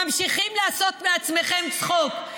ממשיכים לעשות מעצמכם צחוק.